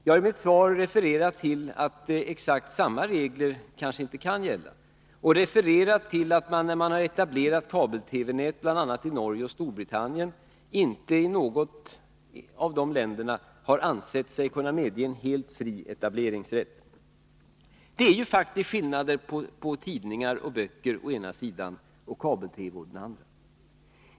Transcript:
Jag har i mitt svar refererat till att exakt samma regler kanske inte kan gälla och refererat till att man, när man har etablerat kabel-TV-nät bl.a. i Norge och Storbritannien, inte i något av de länderna har ansett sig kunna medge en helt fri etbleringsrätt. Det är faktiskt skillnad på tidningar och böcker å ena sidan och kabel-TV å den andra.